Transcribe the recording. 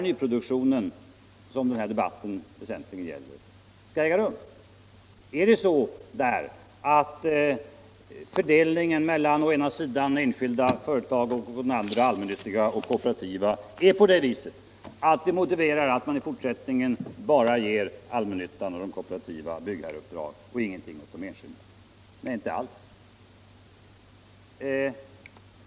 Är det där så att fördelningen mellan å ena sidan enskilda företag och å andra sidan allmännyttiga och kooperativa företag är sådan att det motiverar att man i fortsättningen bara ger de allmännyttiga och kooperativa företagen byggherreuppdrag och ingenting åt de enskilda? Nej, inte alls!